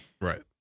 right